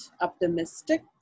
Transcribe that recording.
optimistic